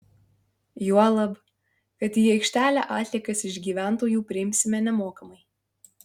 juolab kad į aikštelę atliekas iš gyventojų priimsime nemokamai